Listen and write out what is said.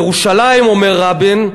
ירושלים" אומר רבין,